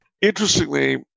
Interestingly